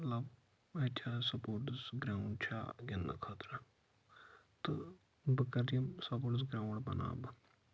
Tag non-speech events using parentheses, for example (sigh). مطلب اَتہِ (unintelligible) sports ground چھا گِنٛدنہٕ خٲطرٕ تہٕ بہٕ کَرٕ یِم سپورٹٕس گرٛاوُنٛڈ بناو بہٕ